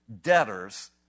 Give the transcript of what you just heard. debtors